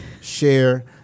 share